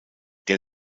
den